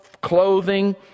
clothing